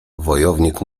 wojownik